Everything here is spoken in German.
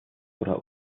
oder